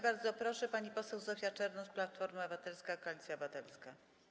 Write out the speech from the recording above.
Bardzo proszę, pani poseł Zofia Czernow, Platforma Obywatelska - Koalicja Obywatelska.